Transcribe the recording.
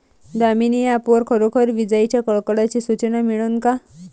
Damini app वर खरोखर विजाइच्या कडकडाटाची सूचना मिळन का?